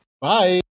Bye